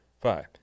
five